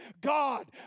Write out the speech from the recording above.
God